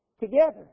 together